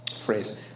phrase